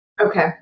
Okay